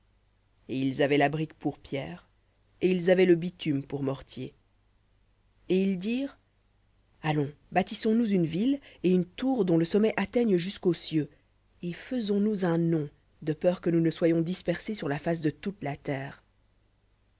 et ils avaient la brique pour pierre et ils avaient le bitume pour mortier et ils dirent allons bâtissons nous une ville et une tour dont le sommet jusqu'aux cieux et faisons-nous un nom de peur que nous ne soyons dispersés sur la face de toute la terre